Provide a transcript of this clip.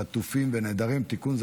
חטופים ונעדרים (תיקון,